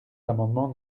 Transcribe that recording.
l’amendement